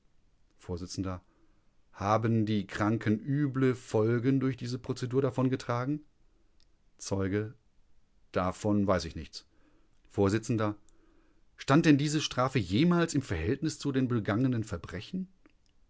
vors haben die kranken üble folgen durch diese prozedur davongetragen zeuge davon weiß ich nichts vors stand denn diese strafe jemals im verhältnis zu den begangenen verbrechen